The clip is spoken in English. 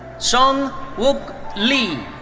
sung wook lee.